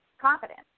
confidence